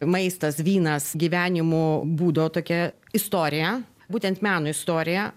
maistas vynas gyvenimo būdo tokia istorija būtent meno istorija